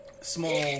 small